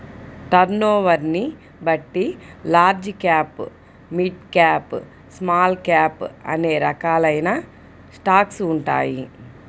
టర్నోవర్ని బట్టి large cap, mid cap, small cap అనే రకాలైన స్టాక్స్ ఉంటాయి